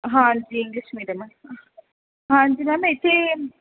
ਹਾਂਜੀ English medium ਹਾਂਜੀ ma'am ਇੱਥੇ